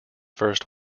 first